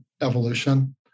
evolution